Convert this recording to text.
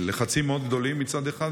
בלחצים מאוד גדולים מצד אחד,